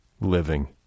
living